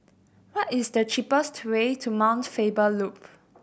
what is the cheapest to way to Mount Faber Loop